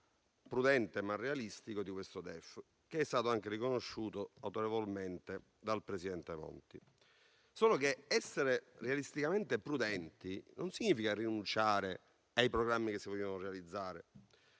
prudente, ma realistico, di questo DEF, che è stato anche autorevolmente riconosciuto dal presidente Monti. Solo che essere realisticamente prudenti non significa rinunciare ai programmi che si vogliono realizzare.